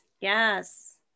Yes